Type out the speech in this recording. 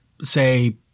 say